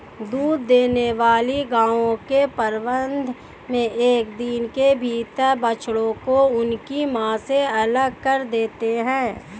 दूध देने वाली गायों के प्रबंधन मे एक दिन के भीतर बछड़ों को उनकी मां से अलग कर देते हैं